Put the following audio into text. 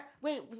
Wait